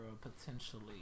potentially